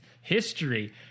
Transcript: History